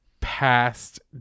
past